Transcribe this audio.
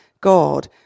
God